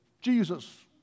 Jesus